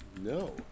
No